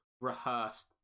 rehearsed